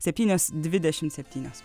septynios dvidešimt septynios